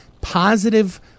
positive